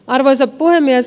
arvoisa puhemies